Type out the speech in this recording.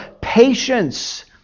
patience